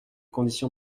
conditions